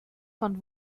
fand